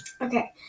Okay